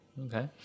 okay